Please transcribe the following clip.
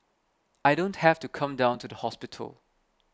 I don't have to come down to the hospital